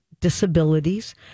disabilities